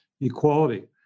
equality